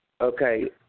Okay